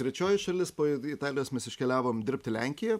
trečioji šalis po italijos mes iškeliavom dirbt į lenkiją